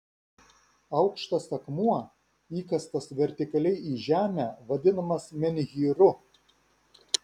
aukštas akmuo įkastas vertikaliai į žemę vadinamas menhyru